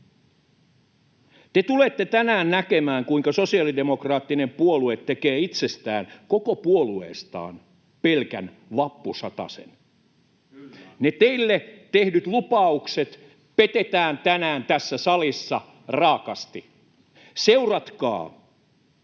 Te tulette tänään näkemään, kuinka sosialidemokraattinen puolue tekee itsestään, koko puolueestaan, pelkän vappusatasen. Ne teille tehdyt lupaukset petetään tänään tässä salissa raakasti. Seuratkaa.